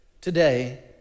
today